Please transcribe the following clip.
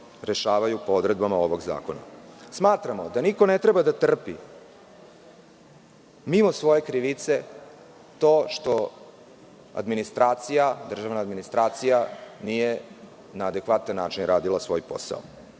rešavaju po odredbama ovog zakona. Smatramo da niko ne treba da trpi mimo svoje krivice to što administracija, državna administracija nije na adekvatan način radila svoj posao,